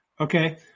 Okay